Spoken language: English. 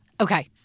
Okay